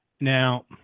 Now